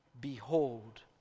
Behold